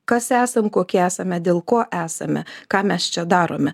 kas esam kokie esame dėl ko esame ką mes čia darome